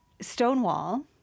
Stonewall